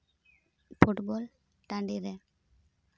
football ᱴᱟᱺᱰᱤ ᱨᱮ